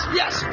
yes